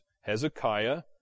Hezekiah